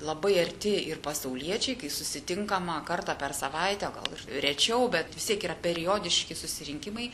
labai arti ir pasauliečiai kai susitinkama kartą per savaitę gal ir rečiau bet vis tiek yra periodiški susirinkimai